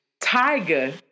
Tiger